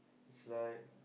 is like